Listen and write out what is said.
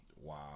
Wow